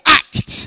act